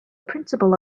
principle